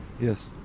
Yes